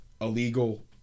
illegal